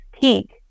Peak